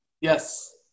Yes